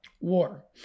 War